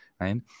right